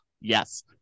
Yes